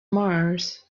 mars